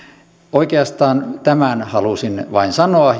oikeastaan tämän halusin vain sanoa